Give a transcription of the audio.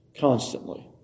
constantly